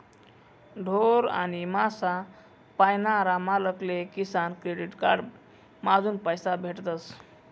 ढोर आणि मासा पायनारा मालक ले किसान क्रेडिट कार्ड माधून पैसा भेटतस